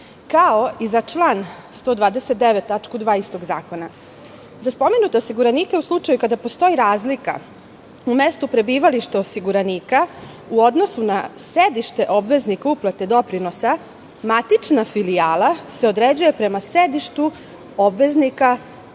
kao i za član 129. tačku 2. istog zakona.Za spomenute osiguranike u slučaju kada postoji razlika u mestu prebivališta osiguranika u odnosu na sedište obveznika uplate doprinosa, matična filijala se određuje prema sedištu obveznika